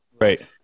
Right